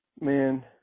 man